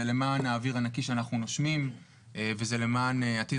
זה למען האוויר הנקי שאנחנו נושמים וזה למען עתיד